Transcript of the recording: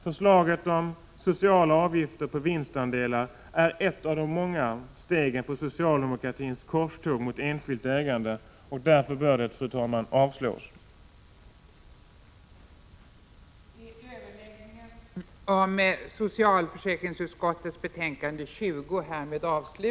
Förslaget om sociala avgifter på vinstandelar är ett av de många stegen i socialdemokratins korståg mot enskilt ägande. Därför bör detta förslag, fru talman, avslås. Med detta anförande — under vilket förste vice talmannen övertog ledningen av kammarens förhandlingar — var överläggningen i detta ärende avslutad.